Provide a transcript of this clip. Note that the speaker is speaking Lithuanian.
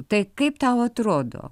tai kaip tau atrodo